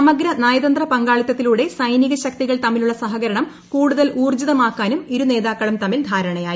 സമഗ്ര നയതന്ത്ര പങ്കാളിത്തത്തിലൂടെ സൈനിക ശക്തികൾ തമ്മിലുള്ള സഹകരണം കൂടുതൽ ഊർജിതമാക്കാനും ഇരു നേതാക്കളും തമ്മിൽ ധാരണയായി